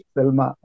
Selma